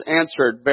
answered